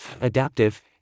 adaptive